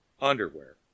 underwear